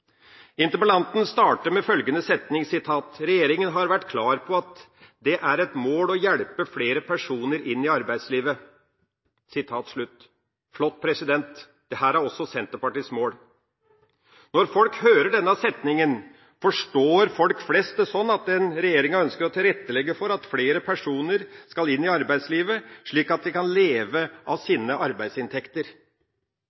Interpellanten starter med følgende setning: «Regjeringen har vært klar på at det er et mål å hjelpe flere personer inn i arbeidslivet.» Det er flott. Dette er også Senterpartiets mål. Når folk hører denne setningen, forstår folk flest det slik at regjeringa ønsker å tilrettelegge for at flere personer skal inn i arbeidslivet, slik at de kan leve av